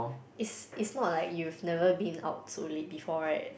is is not like you've never been out so late before right